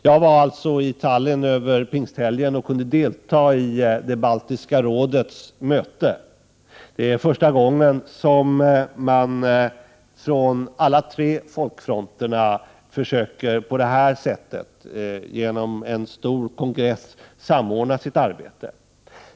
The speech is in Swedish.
Jag var alltså i Tallinn under pingsthelgen och kunde delta i det baltiska rådets möte. Det är första gången som man från alla tre folkfronterna genom en stor kongress försöker samordna sitt arbete.